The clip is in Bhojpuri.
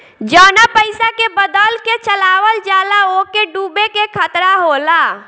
जवना पइसा के बदल के चलावल जाला ओके डूबे के खतरा होला